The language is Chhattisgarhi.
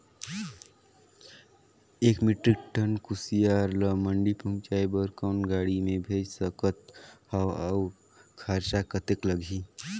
एक मीट्रिक टन कुसियार ल मंडी पहुंचाय बर कौन गाड़ी मे भेज सकत हव अउ खरचा कतेक लगही?